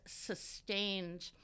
sustained